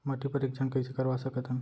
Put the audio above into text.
माटी परीक्षण कइसे करवा सकत हन?